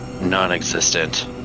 non-existent